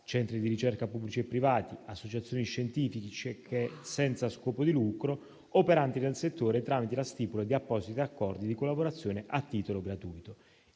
centri di ricerca pubblici e privati e associazioni scientifiche senza scopo di lucro operanti nel settore, tramite la stipula di appositi accordi di collaborazione a titolo gratuito.